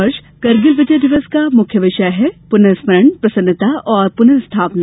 इस वर्ष करगिल विजय दिवस का मुख्य विषय है पुनर्स्मरण प्रसन्नता और पुनर्स्थापना